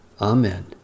Amen